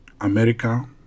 America